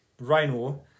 Rhino